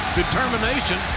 determination